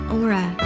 aura